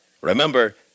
Remember